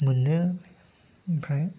मोनो ओमफ्राय